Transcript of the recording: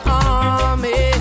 army